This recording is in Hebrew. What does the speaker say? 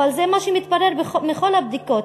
אבל זה מה שמתברר מכל הבדיקות,